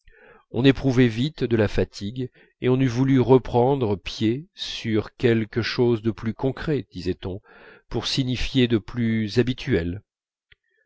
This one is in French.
on éprouvait vite de la fatigue et on eût voulu reprendre pied sur quelque chose de plus concret disait-on pour signifier de plus habituel